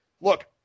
look